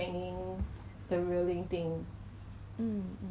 then I see some of the factory workers right stepping on the masks eh